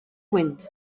wind